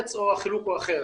לארץ או החילוק הוא אחר?